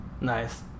nice